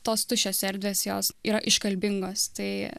tos tuščios erdvės jos yra iškalbingos tai